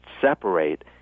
separate